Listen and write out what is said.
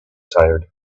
tired